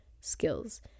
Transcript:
skills